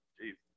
Jesus